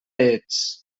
ets